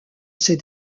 ses